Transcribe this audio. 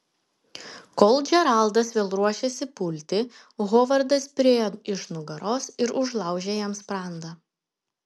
kol džeraldas vėl ruošėsi pulti hovardas priėjo iš nugaros ir užlaužė jam sprandą